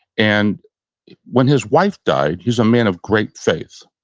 and when his wife died, he was a man of great faith.